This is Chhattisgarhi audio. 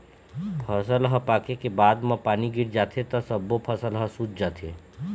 फसल ह पाके के बाद म पानी गिर जाथे त सब्बो फसल ह सूत जाथे